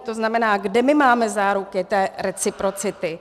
To znamená, kde my máme záruky té reciprocity?